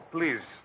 Please